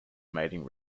mating